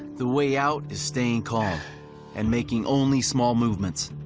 the way out is staying calm and making only small movements.